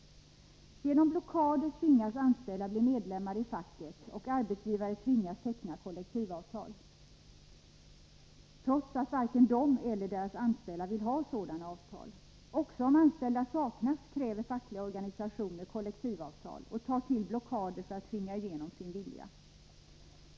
Genom blockader tvingas anställda bli medlemmar i facket och arbetsgivare tvingas teckna kollektivavtal, trots att varken de eller deras anställda vill ha sådana avtal. Också om anställda saknas kräver fackliga organisationer kollektivavtal och tar till blockader för att tvinga igenom sin vilja.